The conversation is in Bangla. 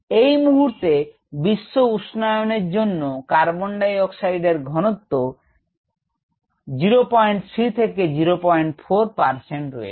এই মুহূর্তে বিশ্ব উষ্ণায়নের জন্য কার্বন ডাই অক্সাইড এর ঘনত্ব 03 থেকে 04 পারসেন্ট রয়েছে